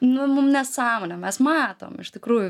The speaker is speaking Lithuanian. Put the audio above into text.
nu mum nesąmonė mes matom iš tikrųjų